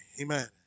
Amen